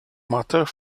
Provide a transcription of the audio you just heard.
matters